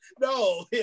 No